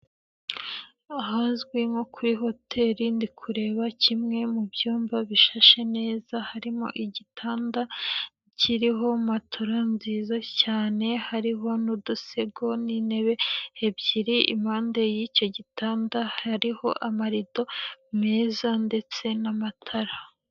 Ahazwi nko kuri hoteli, ndikuba kimwe mu byumba bishashe neza, harimo igitanda kiriho matola nziza cyane hariho n'udusego, n'intebe ebyiri, impande yicyo gitanda hariho amarido meza ndetse n'amatara.